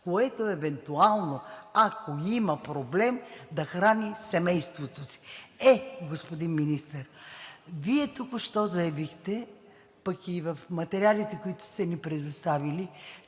което евентуално, ако има проблем, да храни семейството си. Е, господин Министър, Вие току-що заявихте, пък и в материалите, които сте ни предоставили,